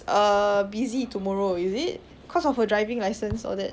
err busy tomorrow is it cause of her driving license all that